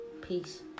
Peace